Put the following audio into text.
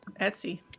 Etsy